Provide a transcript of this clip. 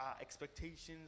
expectations